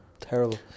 Terrible